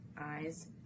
eyes